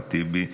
אחמד טיבי,